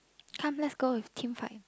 come let's go with team five